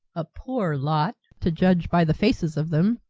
a poor lot, to judge by the faces of them,